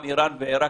ישראל?